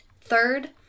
Third